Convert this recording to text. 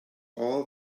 all